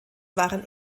waren